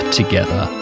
together